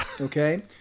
okay